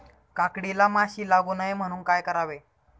काकडीला माशी लागू नये म्हणून काय करावे?